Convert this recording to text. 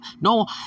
no